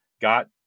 got